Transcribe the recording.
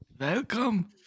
Welcome